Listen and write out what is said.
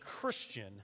Christian